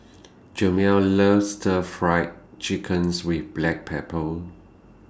Jamal loves Stir Fried Chickens with Black Pepper